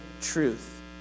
truth